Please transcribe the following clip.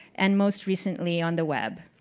and most recently on the web.